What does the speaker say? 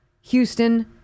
Houston